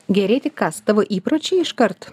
gerėti kas tavo įpročiai iškart